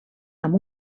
amb